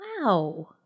Wow